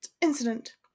incident